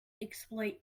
exploit